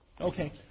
Okay